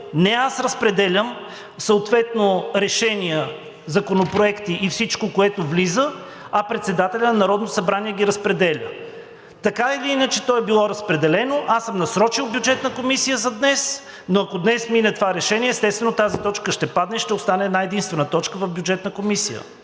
не аз разпределям решенията, законопроектите и всичко, което влиза, а председателят на Народното събрание ги разпределя. Така или иначе то е било разпределено и съм насрочил заседание на Бюджетната комисия за днес, но ако днес мине това решение, естествено, тази точка ще падне и ще остане една-единствена точка в Бюджетната комисия